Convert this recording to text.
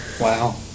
wow